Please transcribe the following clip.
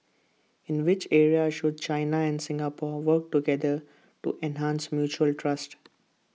in which areas should China and Singapore work together to enhance mutual trust